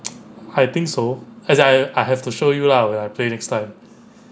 I think so as in I I have to show you lah when I play next time